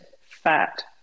fat